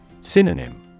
Synonym